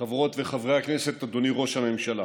חברות וחברי הכנסת, אדוני ראש הממשלה,